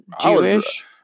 Jewish